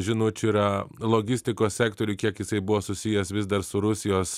žinučių yra logistikos sektoriuj kiek jisai buvo susijęs vis dar su rusijos